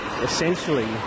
essentially